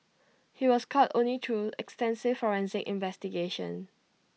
he was caught only through extensive forensic investigations